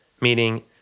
Meaning